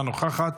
אינה נוכחת,